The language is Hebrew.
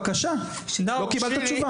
בבקשה, לא קיבלת תשובה.